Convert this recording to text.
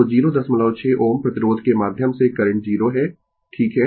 तो 06 Ω प्रतिरोध के माध्यम से करंट 0 है ठीक है